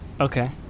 Okay